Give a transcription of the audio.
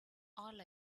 all